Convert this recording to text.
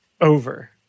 over